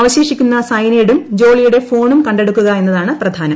അവശേഷിക്കു്ന്ന സയനൈഡും ജോളിയുടെ ഫോണും കണ്ടെടുക്കുക എന്നതാണ് പ്രധാനം